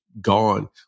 gone